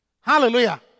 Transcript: Hallelujah